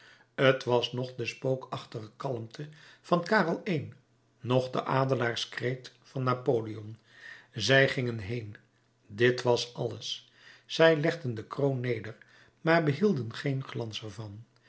t was noch de spookachtige kalmte van karel i noch de adelaarskreet van napoleon zij gingen heen dit was alles zij legden de kroon neder maar behielden geen glans